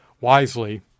wisely